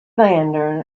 lantern